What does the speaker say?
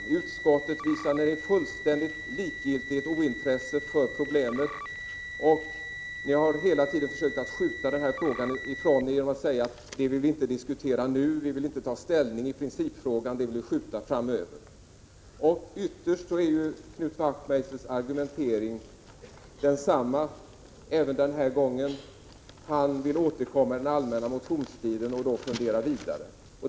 I utskottet visade ni fullständig likgiltighet och ointresse för problemet. Ni har hela tiden försökt skjuta frågan ifrån er genom att säga att ni inte vill diskutera detta nu och inte ta ställning i principfrågan. Detta vill ni skjuta framöver. Ytterst är Knut Wachtmeisters argumentering densamma även denna gång. Han vill återkomma under den allmänna motionstiden och då fundera vidare.